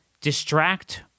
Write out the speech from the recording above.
distract